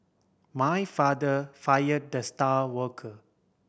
my father fire the star worker